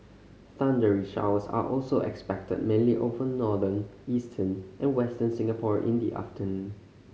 thundery showers are also expected mainly over northern eastern and Western Singapore in the afternoon